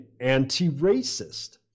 anti-racist